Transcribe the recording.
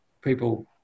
people